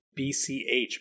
BCH